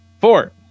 four